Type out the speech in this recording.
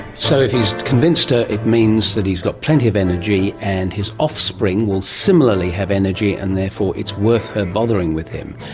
so if he's convinced her it means that he's got plenty of energy and his offspring will similarly have energy and therefore it's worth her bothering with him.